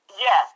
Yes